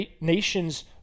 nations